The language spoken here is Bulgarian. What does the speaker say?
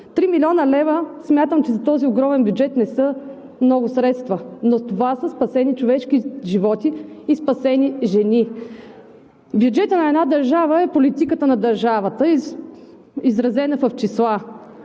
3 млн. лв. за този огромен бюджет не са много средства, но това са спасени човешки животи и спасени жени. Бюджетът на една държава е политиката на държавата, изразена в числа.